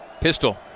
Pistol